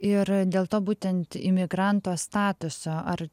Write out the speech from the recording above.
ir dėl to būtent imigranto statuso ar